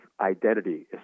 identity